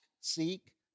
seek